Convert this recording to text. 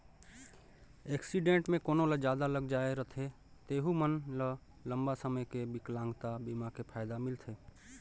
accident मे कोनो ल जादा लग जाए रथे तेहू मन ल लंबा समे के बिकलांगता बीमा के फायदा मिलथे